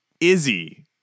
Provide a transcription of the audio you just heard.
Izzy